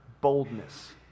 boldness